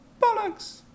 Bollocks